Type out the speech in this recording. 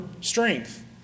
strength